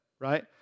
Right